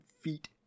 feet